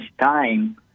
time